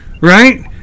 right